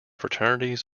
fraternities